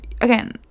again